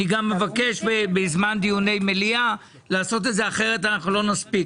אני מבקש בזמן דיוני מליאה לקיים את הדיונים כי אחרת לא נספיק.